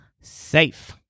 safe